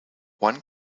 one